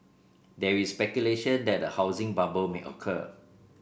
there is speculation that a housing bubble may occur